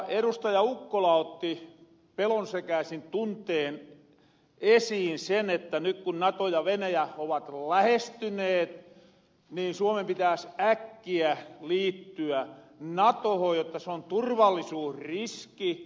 ukkola otti pelonsekaasin tuntein esiin sen että nyt kun nato ja venäjä ovat lähestyneet niin suomen pitääs äkkiä liittyä natohon jotta se on turvallisuusriski